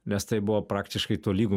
nes tai buvo praktiškai tolygu